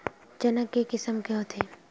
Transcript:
चना के किसम के होथे?